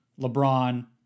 LeBron